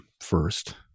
first